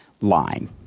line